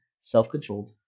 self-controlled